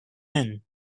men